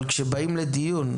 אבל כשבאים לדיון,